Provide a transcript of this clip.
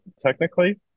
technically